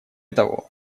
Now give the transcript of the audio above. того